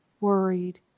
worried